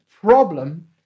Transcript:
problem